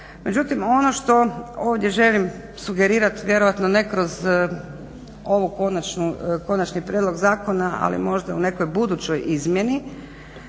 Međutim, ono što ovdje želim sugerirati vjerojatno ne kroz ovaj konačni prijedlog zakona, ali možda u nekoj budućoj izmjeni,